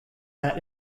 that